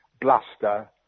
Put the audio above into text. bluster